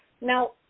Now